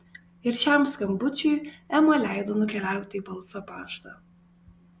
ir šiam skambučiui ema leido nukeliauti į balso paštą